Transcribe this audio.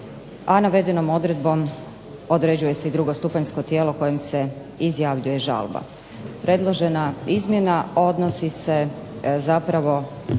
a navedenom odredbom određuje se i drugostupanjsko tijelo kojem se izjavljuje žalba. Predložena izmjena odnosi se zapravo